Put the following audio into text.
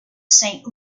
saint